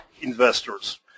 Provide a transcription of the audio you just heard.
investors